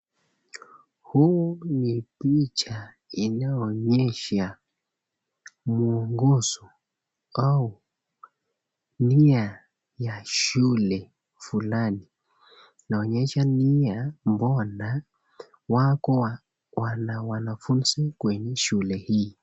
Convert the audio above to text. Huu ni picha inayoonyesha mwongozo au nia ya shule fulani, inaonyesha nia mbona wako kwa wanafunzi kwenye shule hii.